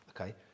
okay